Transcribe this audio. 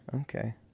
Okay